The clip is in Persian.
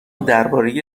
درباره